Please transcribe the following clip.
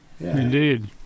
Indeed